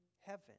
heaven